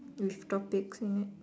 with topics in it